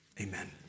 amen